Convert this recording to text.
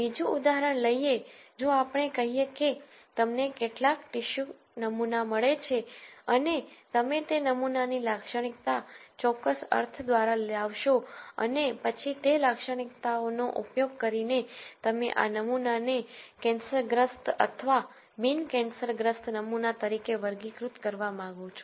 બીજું ઉદાહરણ લઈએ જો આપણે કહીએ કે તમને કેટલાક ટીશ્યુ નમૂના મળે છે અને તમે તે નમૂનાની લાક્ષણિકતા ચોક્કસ અર્થ દ્વારા લાવશો અને પછી તે લાક્ષણિકતાઓનો ઉપયોગ કરીને તમે આ નમૂના ને કેન્સરગ્રસ્ત અથવા બિન કેન્સરગ્રસ્ત નમૂના તરીકે વર્ગીકૃત કરવા માંગો છો